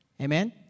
Amen